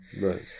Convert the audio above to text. Right